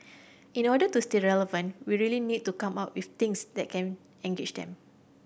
in order to stay relevant we really need to come up with things that can engage them